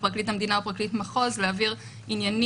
לפרקליט המדינה או לפרקליט מחוז להעביר עניינים,